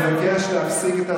אתה עובד עם שני הצדדים.